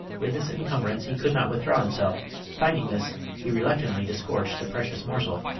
with this encumbrance he could not withdraw himself finding this, he reluctantly disgorged the precious morsel,